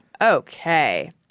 Okay